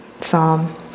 psalm